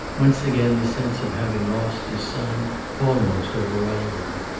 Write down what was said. once again the sense of having lost his son almost overwhelmed him.